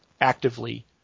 actively